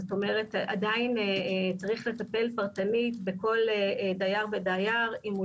זאת אומרת עדיין צריך לטפל פרטני בכל דייר ודייר אם הוא